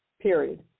period